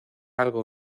algo